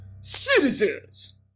Citizens